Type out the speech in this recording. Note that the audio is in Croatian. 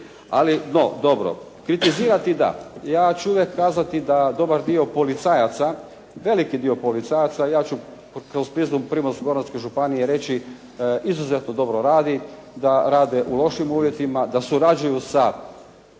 Ali no dobro, kritizirati da. Ja ću uvijek kazati da dobar dio policajaca, veliki dio policajaca, ja ću …/Govornik se ne razumije./… Primorsko-goranske županije reći izuzetno dobro radi, da rade u lošim uvjetima, da surađuju sa lokalnom